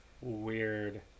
Weird